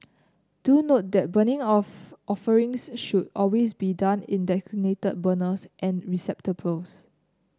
do note that burning of offerings should always be done in designated burners and receptacles